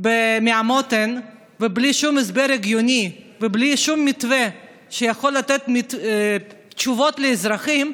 מהמותן ובלי שום הסבר הגיוני ובלי שום מתווה שיכול לתת תשובות לאזרחים,